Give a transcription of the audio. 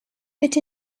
but